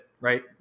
right